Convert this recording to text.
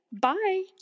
Bye